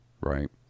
right